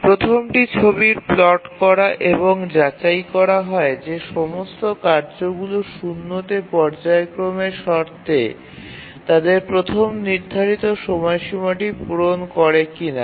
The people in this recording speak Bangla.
প্রথমে গ্রাফিকালি প্লট করা হয় এবং যাচাই করা হয় যে পর্যায়ক্রমে সমস্ত কাজগুলি ০ তে তাদের নির্ধারিত প্রথম সময়সীমাটি পূরণ করে কিনা